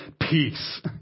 peace